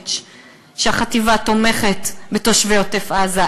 סמוטריץ שהחטיבה תומכת בתושבי עוטף-עזה.